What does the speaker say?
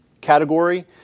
category